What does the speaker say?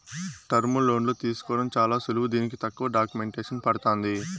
టర్ములోన్లు తీసుకోవడం చాలా సులువు దీనికి తక్కువ డాక్యుమెంటేసన్ పడతాంది